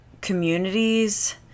communities